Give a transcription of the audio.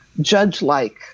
judge-like